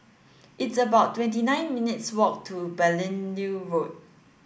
it's about twenty nine minutes' walk to Beaulieu Road